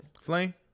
Flame